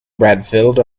bradfield